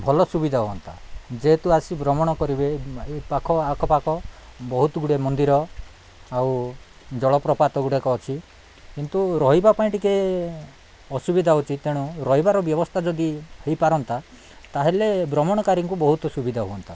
ଭଲ ସୁବିଧା ହୁଅନ୍ତା ଯେହେତୁ ଆସି ଭ୍ରମଣ କରିବେ ଏ ପାଖ ଆଖପାଖ ବହୁତ ଗୁଡ଼ିଏ ମନ୍ଦିର ଆଉ ଜଳପ୍ରପାତ ଗୁଡ଼ାକ ଅଛି କିନ୍ତୁ ରହିବା ପାଇଁ ଟିକେ ଅସୁବିଧା ହେଉଛି ତେଣୁ ରହିବାର ବ୍ୟବସ୍ଥା ଯଦି ହେଇପାରନ୍ତା ତା'ହେଲେ ଭ୍ରମଣକାରୀଙ୍କୁ ବହୁତ ସୁବିଧା ହୁଅନ୍ତା